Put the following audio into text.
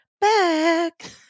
back